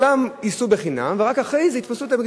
כולם ייסעו בחינם ורק אחרי זה יתפסו אותם,